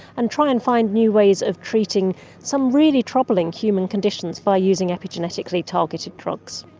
and try and find new ways of treating some really troubling human conditions by using epigenetically targeted drugs.